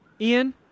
Ian